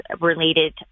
related